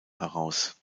heraus